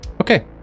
Okay